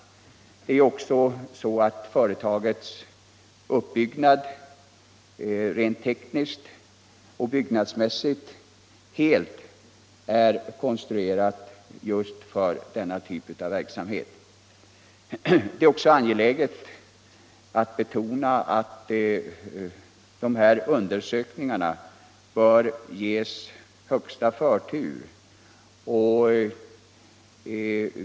Företaget är rent tekniskt och byggnadsmässigt helt uppbyggt just för den typ av verksamhet som där bedrivs. Det är också angeläget att betona att sådana undersökningar bör ges högsta förtur.